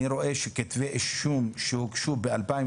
אני רואה שכתבי אישום שהוגשו ב-2019